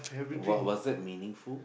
was was it meaningful